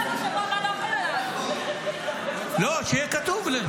--- משבוע לשבוע --- לא, שיהיה כתוב.